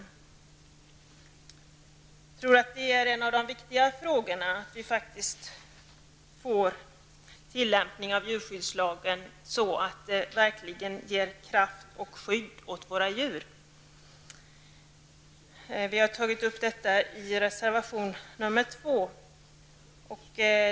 Jag tror att en av de viktiga frågorna är att vi får en tillämpning av djurskyddslagen som verkligen ger ett skydd åt våra djur. Vi har tagit upp detta i reservation nr 2.